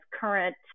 current